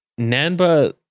Nanba